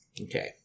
Okay